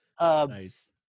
Nice